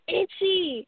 itchy